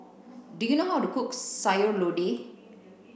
do you know how to cook Sayur Lodeh